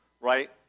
right